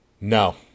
No